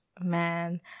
man